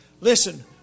Listen